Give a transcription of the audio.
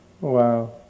wow